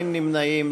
אין נמנעים.